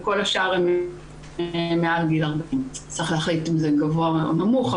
וכל השאר הן מעל גיל 40. צריך להחליט אם זה גבוה או נמוך.